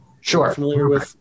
Sure